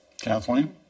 Kathleen